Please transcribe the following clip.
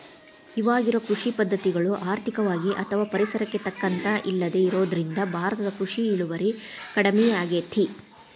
ಇವಾಗಿರೋ ಕೃಷಿ ಪದ್ಧತಿಗಳು ಆರ್ಥಿಕವಾಗಿ ಅಥವಾ ಪರಿಸರಕ್ಕೆ ತಕ್ಕಂತ ಇಲ್ಲದೆ ಇರೋದ್ರಿಂದ ಭಾರತದ ಕೃಷಿ ಇಳುವರಿ ಕಡಮಿಯಾಗೇತಿ